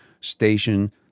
station